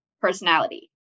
personality